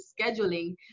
scheduling